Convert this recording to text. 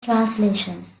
translations